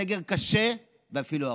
סגר קשה, ואפילו ארוך.